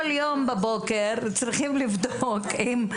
כל יום בבוקר צריכים לבדוק את התיקים.